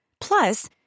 Plus